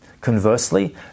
conversely